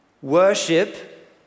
Worship